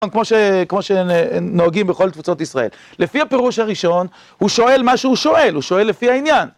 כמו ש... כמו שנוהגים בכל תפוצות ישראל. לפי הפירוש הראשון, הוא שואל מה שהוא שואל, הוא שואל לפי העניין.